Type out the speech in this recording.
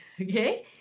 Okay